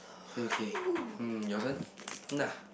okay um your turn nah